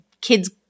kids